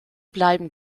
bleiben